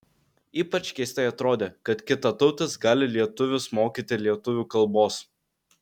ypač keistai atrodė kad kitatautis gali lietuvius mokyti lietuvių kalbos